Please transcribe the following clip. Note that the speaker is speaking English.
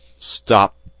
stop,